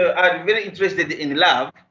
are very interested in love.